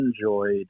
enjoyed